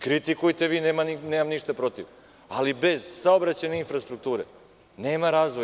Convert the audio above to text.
Kritikujte, nemam ništa protiv, ali bez saobraćajne infrastrukture nema razvoja.